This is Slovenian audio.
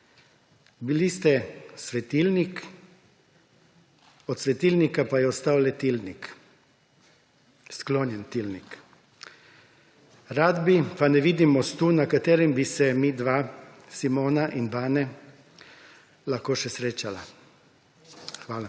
Bili ste svetilnik, od svetilnika pa je ostal le tilnik, sklonjen tilnik. Rad bi, pa ne vidim mostu, na katerem bi se midva, Simona in Bane, lahko še srečala. Hvala.